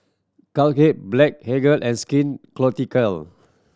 Blephagel and Skin